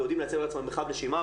ויודעים לייצר לעצמם מרחב נשימה,